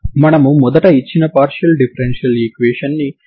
మనము మొదట ఇచ్చిన పార్షియల్ డిఫరెన్షియల్ ఈక్వేషన్ ని ప్రామాణిక రూపంలోకి కుదించవచ్చు